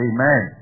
Amen